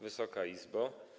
Wysoka Izbo!